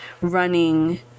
running